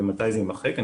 ומתי זה יימחק.